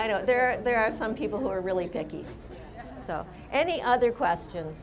i know there there are some people who are really picky so any other questions